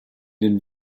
den